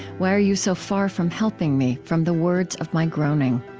why are you so far from helping me, from the words of my groaning?